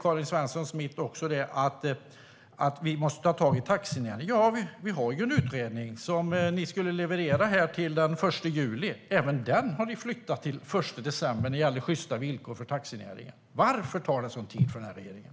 Karin Svensson Smith säger att vi måste ta tag i taxinäringen. Vi har ju en utredning om sjysta villkor för taxinäringen som ni skulle leverera till den 1 juli. Även den har ni flyttat till den 1 december. Varför tar det sådan tid för regeringen?